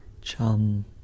Chum